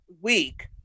week